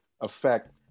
affect